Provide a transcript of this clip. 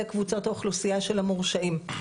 לקבוצות האוכלוסייה של המורשעים.